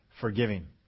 forgiving